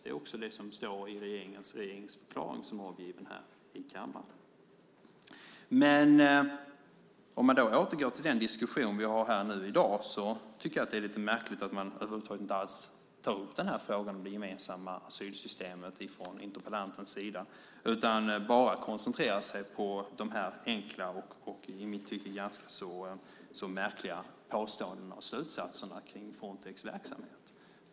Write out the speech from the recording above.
Det är också det som står i regeringsförklaringen, som är avgiven här i kammaren. Jag återgår till den diskussion vi har i dag. Jag tycker att det är lite märkligt att interpellanten över huvud taget inte tar upp frågan om det gemensamma asylsystemet. Han koncentrerar sig på de enkla och i mitt tycke ganska märkliga påståendena och slutsatserna kring Frontex verksamhet.